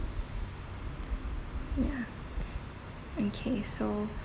ya okay so